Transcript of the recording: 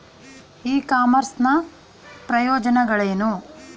E commerce ನ ಪ್ರಯೋಜನಗಳೇನು?